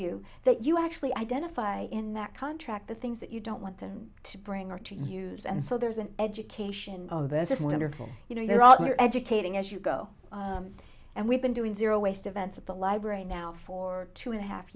you that you actually identify in that contract the things that you don't want them to bring or to use and so there's an education of this wonderful you know they're out there educating as you go and we've been doing zero waste events at the library now for two and a half